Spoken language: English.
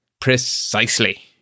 Precisely